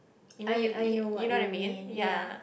even you you know what I mean ya